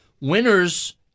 winners